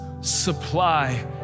supply